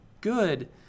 good